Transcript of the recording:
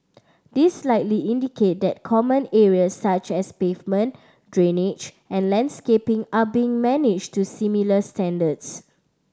this likely indicate that common areas such as pavement drainage and landscaping are being managed to similar standards